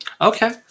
Okay